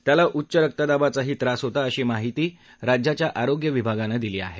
त्याला उच्च रक्तदाबाचाही त्रास होता अशी माहिती माहिती राज्याच्या आरोग्य विभागानं दिली आहे